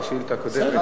לשאילתא הקודמת,